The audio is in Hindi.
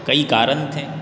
कई कारण थे